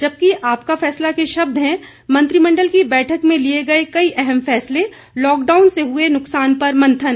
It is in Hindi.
जबकि आपका फैसला के शब्द हैं मंत्रिमंडल की बैठक में लिए गए कई अहम फैसले लॉकडाउन से हुए नुकसान पर मंथन